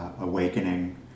awakening